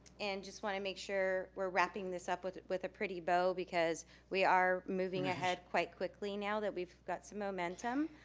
and just wanna make sure we're wrapping this up with with a pretty bow because we are moving ahead quite quickly now that we've got some momentum.